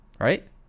right